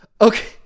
Okay